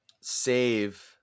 save